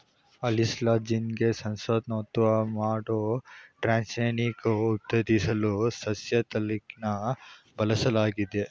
ಅಳಿಸ್ಲಾದ ಜೀನ್ಗೆ ಸಂತಾನೋತ್ಪತ್ತಿ ಮಾಡೋ ಟ್ರಾನ್ಸ್ಜೆನಿಕ್ ಉತ್ಪಾದಿಸಲು ಸಸ್ಯತಳಿನ ಬಳಸಲಾಗ್ತದೆ